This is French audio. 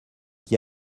qui